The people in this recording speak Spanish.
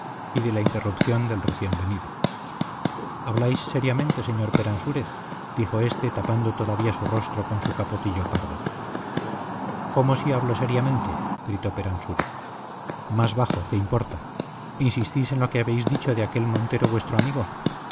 y de la interrupción del recién venido habláis seriamente señor peransúrez dijo éste tapando todavía su rostro con su capotillo pardo cómo si hablo seriamente gritó peransúrez más bajo que importa insistís en lo que habéis dicho de aquel montero vuestro amigo